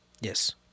Yes